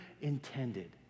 intended